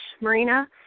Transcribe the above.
Marina